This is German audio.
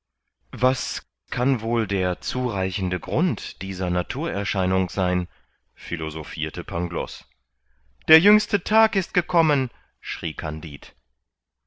was kann wohl der zureichende grund dieser naturerscheinung sein philosophirte pangloß der jüngste tag ist gekommen schrie kandid